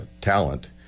talent